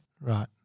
Right